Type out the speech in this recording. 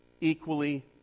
equally